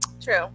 True